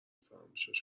فراموشش